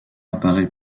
apparaît